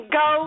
go